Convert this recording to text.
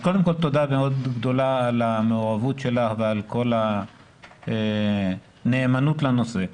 אז קודם כל תודה מאוד גדולה על המעורבות שלך ועל כל הנאמנות לנושא.